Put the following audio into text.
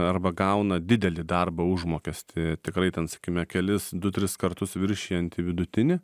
arba gauna didelį darbo užmokestį tikrai ten sakime kelis du tris kartus viršijantį vidutinį